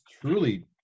truly